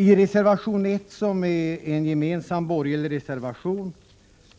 I reservation 1, som är en gemensam borgerlig reservation,